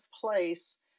place